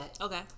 Okay